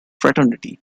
fraternity